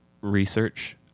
research